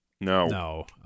No